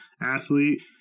athlete